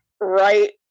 right